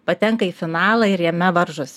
patenka į finalą ir jame varžos